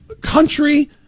country